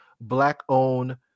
black-owned